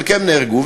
חלקם נהרגו,